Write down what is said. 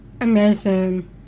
amazing